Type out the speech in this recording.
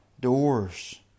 doors